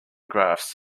graphs